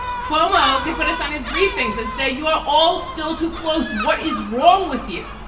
cuomo could put us on his briefings and say, you are all still too close. what is wrong with you?